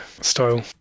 style